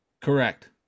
Correct